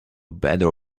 better